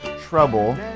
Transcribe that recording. Trouble